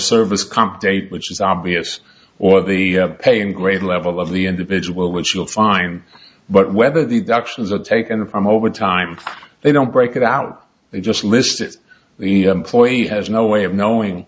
service comp date which is obvious or the pay and grade level of the individual which you'll find but whether the doctrines are taken from over time they don't break it out they just list it the employee has no way of knowing